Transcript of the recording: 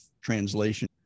translation